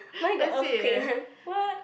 mine got earthquake one what